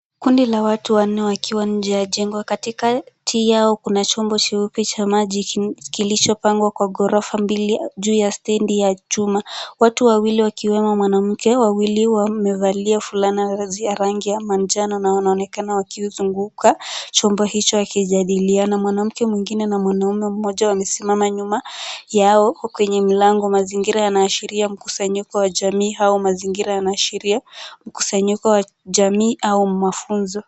Kundi la watu wanne wakiwa nje ya jengo. Katikati yao kuna chombo cheupe cha maji kilichopangwa kwa ghorofa mbili juu ya stendi ya chuma. Watu mawili wakiwemo mwanamke wawili wamevalia fulana ya manjano na wanaonekana wakiuzunguka chombo hicho wakijadiliana. Mwanamke mwingine na mwanaume mmoja wamesimama nyuma yao kwenye mlango. Mazingira yanaashiria mkusanyiko wa jamii au mazingira yanaashiria mkusanyiko wa jamii au mafunzo.